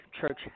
church